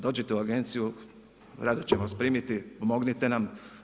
Dođite u agenciju, rado ćemo vas primiti, pomognite nam.